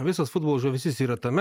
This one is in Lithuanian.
visas futbolo žavesys yra tame